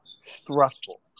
stressful